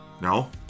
no